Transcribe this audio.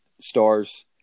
stars